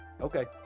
okay